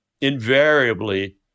invariably